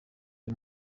uyu